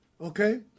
Okay